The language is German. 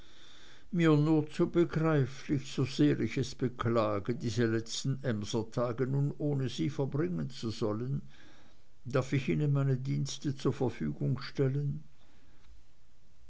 mir nur zu begreiflich so sehr ich es beklage diese letzten emser tage nun ohne sie verbringen zu sollen darf ich ihnen meine dienste zur verfügung stellen